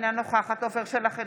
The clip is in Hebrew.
אינה נוכחת עפר שלח,